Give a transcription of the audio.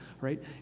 right